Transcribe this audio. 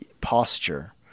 posture